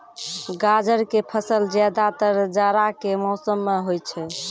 गाजर के फसल ज्यादातर जाड़ा के मौसम मॅ होय छै